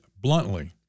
bluntly